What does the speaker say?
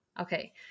Okay